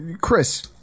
Chris